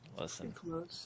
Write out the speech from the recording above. listen